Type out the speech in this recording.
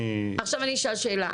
עכשיו אני אשאל שאלה.